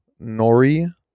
Nori